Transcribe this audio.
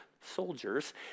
soldiers